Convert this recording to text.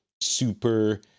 super